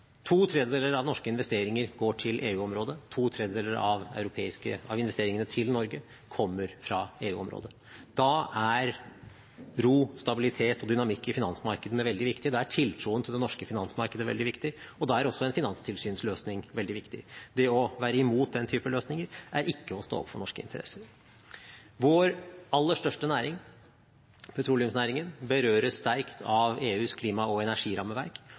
To tredjedeler av norske investeringer går til EU-området. To tredjedeler av investeringene til Norge kommer fra EU-området. Da er ro, stabilitet og dynamikk i finansmarkedene veldig viktig. Da er tiltroen til det norske finansmarkedet veldig viktig, og da er også en finanstilsynsløsning veldig viktig. Det å være imot den type løsninger er ikke å stå opp for norske interesser. Vår aller største næring, petroleumsnæringen, berøres sterkt av EUs klima- og energirammeverk